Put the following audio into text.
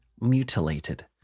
mutilated